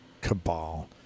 cabal